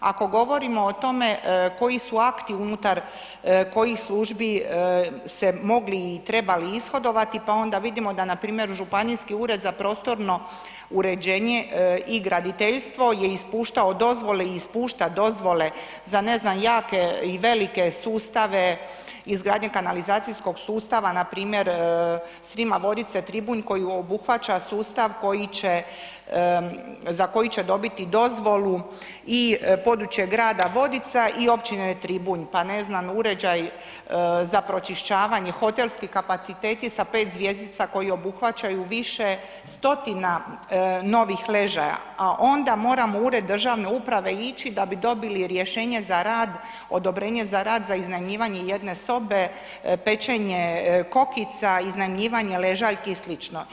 Ako govorimo o tome koji su akti unutar kojih službi se mogli i trebali ishodovati, pa onda vidimo da npr. Županijski ured za prostorno uređenje i graditeljstvo je ispuštao dozvole i ispušta dozvole za, ne znam, jake i velike sustave izgradnje kanalizacijskog sustava npr. Srima-Vodice-Tribunj koji obuhvaća sustav za koji će dobiti dozvolu i područje grada Vodica i općine Tribunj, pa ne znam, uređaj za pročišćavanje, hotelski kapaciteti sa 5 zvjezdica koji obuhvaćaju više stotina novih ležaja, a onda moramo u ured državne uprave ići da bi dobili rješenje za rad, odobrenje za rad za iznajmljivanje jedne sobe, pečenje kokica, iznajmljivanje ležaljki i sl.